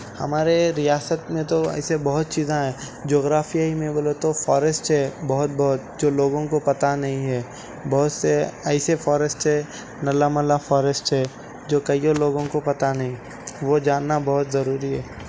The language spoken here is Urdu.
ہمارے ریاست میں تو ایسے بہت چیزیں ہیں جغرافیایی میں بولے تو فاریسٹ ہے بہت بہت جو لوگوں کو پتہ نہیں ہے بہت سے ایسے فاریسٹ ہے نلاملا فاریسٹ ہے جو کئی لوگوں کو پتا نہیں وہ جاننا بہت ضروری ہے